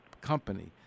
company